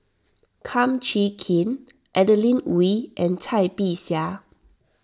Kum Chee Kin Adeline Ooi and Cai Bixia